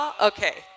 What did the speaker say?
Okay